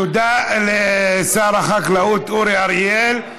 תודה לשר החקלאות אורי אריאל.